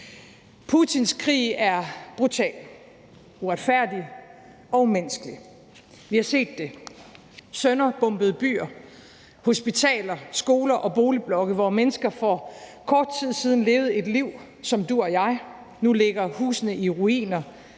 Putins krig er brutal, uretfærdig og umenneskelig. Vi har set det med sønderbombede byer, hospitaler, skoler og boligblokke, hvor mennesker for kort tid siden levede et liv som du og jeg. Nu ligger husene i ruiner,